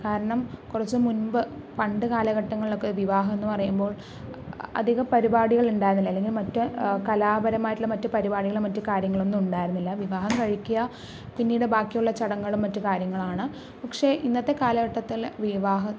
കാരണം കുറച്ചു മുൻപ് പണ്ടുകാലഘട്ടങ്ങളിൽ ഒക്കെ വിവാഹം എന്ന് പറയുമ്പോൾ അധികം പരിപാടികൾ ഉണ്ടായിരുന്നില്ല അല്ലെങ്കില് മറ്റു കലാപരമായ പരിപാടികളും മറ്റു കാര്യങ്ങളും ഒന്നും ഉണ്ടായിരുന്നില്ല വിവാഹം കഴിക്കുക പിന്നീട് ബാക്കിയുള്ള ചടങ്ങുകളും മറ്റ് കാര്യങ്ങളും ആണ് പക്ഷെ ഇന്നത്തെ കാലഘട്ടത്തിൽ വിവാഹ